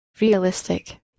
realistic